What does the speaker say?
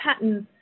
patterns